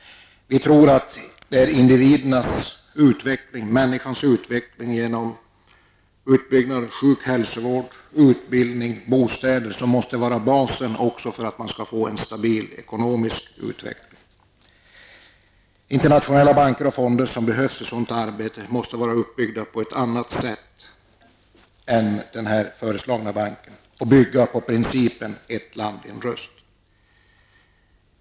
Vi tror att det är individernas utveckling genom utbyggnad av sjuk och hälsovård, utbildning och bostäder som måste vara basen för att man skall få en stabil ekonomisk utveckling. Internationella banker och fonder som behövs för sådant arbete måste vara uppbyggda på ett annat sätt än den här föreslagna banken och bygga på principen ett land en röst.